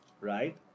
right